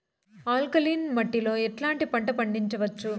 Alkaline మట్టి లో ఎట్లాంటి పంట పండించవచ్చు,?